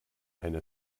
eine